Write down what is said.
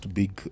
big